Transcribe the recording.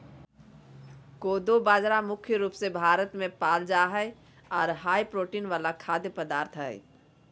कोदो बाजरा मुख्य रूप से भारत मे पाल जा हय आर हाई प्रोटीन वाला खाद्य पदार्थ हय